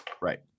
Right